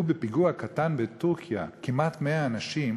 בפיגוע קטן בטורקיה כמעט 100 אנשים,